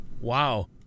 Wow